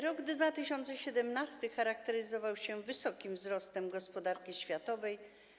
Rok 2017 charakteryzował się wysokim wzrostem gospodarki światowej.